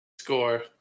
score